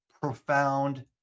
profound